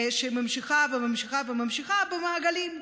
שממשיכה, ממשיכה וממשיכה במעגלים.